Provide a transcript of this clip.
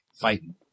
fighting